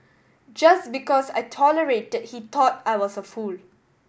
just because I tolerated he thought I was a fool